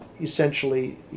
essentially